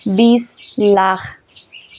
বিছ লাখ